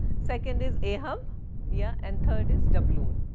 second is ahab yeah and third is doubloon.